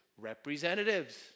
representatives